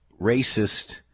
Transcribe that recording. racist